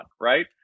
right